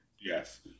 yes